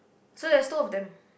so there's two of them